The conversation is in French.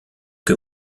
que